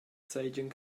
seigien